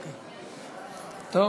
טוב.